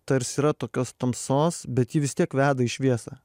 tarsi yra tokios tamsos bet ji vis tiek veda į šviesą